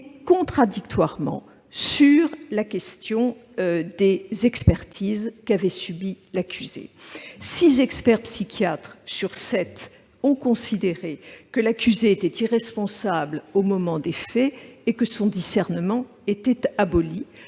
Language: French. contradictoirement de la question des expertises subies par l'accusé. Six experts psychiatres sur sept ont considéré que l'accusé était irresponsable au moment des faits et que son discernement était aboli.